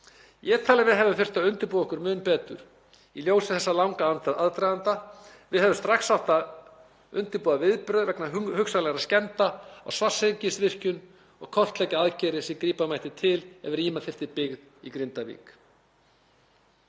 Ég tel að við hefðum þurft að undirbúa okkur mun betur í ljósi þessa langa aðdraganda. Við hefðum strax átt að undirbúa viðbrögð vegna hugsanlegra skemmda á Svartsengisvirkjun og kortleggja aðgerðir sem grípa mætti til ef rýma þyrfti byggð í Grindavík.